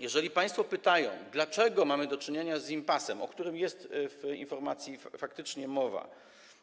Jeżeli państwo pytają, dlaczego mamy do czynienia z impasem, o którym jest w informacji faktycznie mowa,